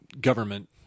government